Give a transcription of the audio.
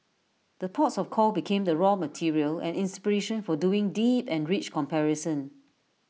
the ports of call become the raw material and inspiration for doing deep and rich comparison